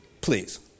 Please